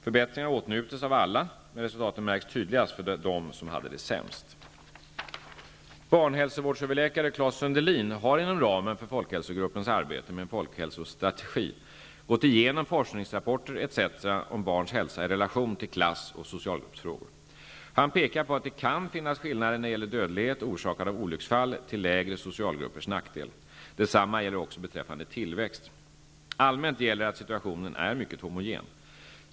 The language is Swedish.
Förbättringen har åtnjutits av alla, men resultaten märks tydligast för dem som hade det sämst. Barnhälsovårdsöverläkare Claes Sundelin har inom ramen för Folkhälsogruppens arbete med en folkhälsostrategi gått igenom forskningsrapporter etc. om barns hälsa i relation till klass och socialgruppsfrågor. Han pekar på att det kan finnas skillnader när det gäller dödlighet orsakad av olycksfall till lägre socialgruppers nackdel. Detsamma gäller också beträffande tillväxt. Allmänt gäller att situationen är mycket homogen.